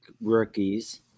rookies